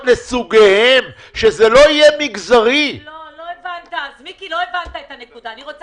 קח חדרי כושר, למשל.